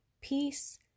peace